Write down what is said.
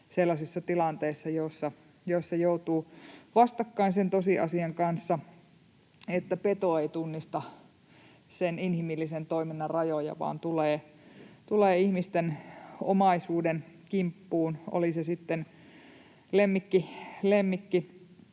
sellaisissa tilanteissa, joissa joutuu vastakkain sen tosiasian kanssa, että peto ei tunnista sen inhimillisen toiminnan rajoja vaan tulee ihmisten omaisuuden kimppuun, oli se sitten lemmikki,